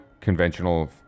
conventional